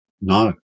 No